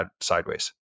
sideways